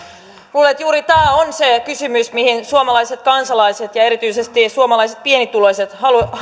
juuri tämä on se kysymys mihin suomalaiset kansalaiset ja erityisesti suomalaiset pienituloiset